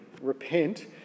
repent